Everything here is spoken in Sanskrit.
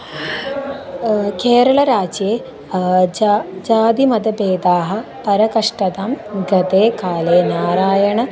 केरलराज्ये जा जातिमतभेदाः पराकाष्टतां गते काले नारायण